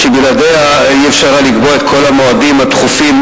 שבלעדיה אי-אפשר היה לקבוע את כל המועדים הדחופים,